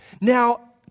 Now